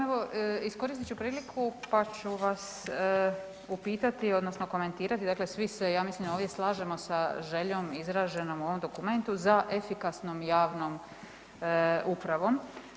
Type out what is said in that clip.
Evo iskoristit ću priliku, pa ću vas upitati odnosno komentirati, dakle svi se ja mislim ovdje slažemo sa željom izraženom u ovom dokumentu za efikasnom javnom upravom.